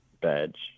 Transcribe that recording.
badge